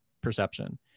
perception